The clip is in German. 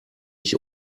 ich